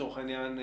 לצורך העניין,